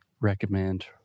recommend